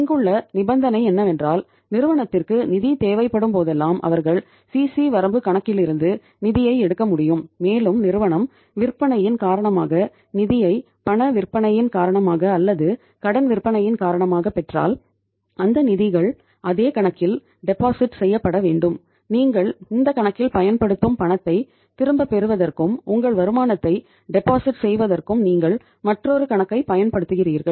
இங்குள்ள நிபந்தனை என்னவென்றால் நிறுவனத்திற்கு நிதி தேவைப்படும்போதெல்லாம் அவர்கள் சிசி செய்வதற்கும் நீங்கள் மற்றொரு கணக்கைப் பயன்படுத்துகிறீர்கள்